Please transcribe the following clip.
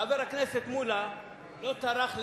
חבר הכנסת מולה לא טרח,